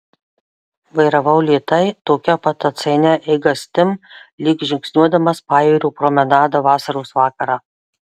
vairavau lėtai tokia pat atsainia eigastim lyg žingsniuodamas pajūrio promenada vasaros vakarą